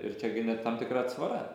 ir čia gi net tam tikra atsvara